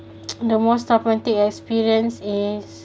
the most experience is